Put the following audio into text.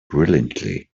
brilliantly